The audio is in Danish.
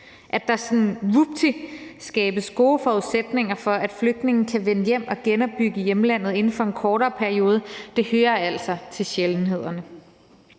vupti, skabes gode forudsætninger for, at flygtningene kan vende hjem og genopbygge hjemlandet inden for en kortere periode, hører altså til sjældenhederne.